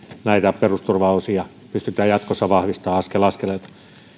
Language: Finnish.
näitä perusturvaosia pystytään jatkossa vahvistamaan askel askeleelta